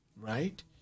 right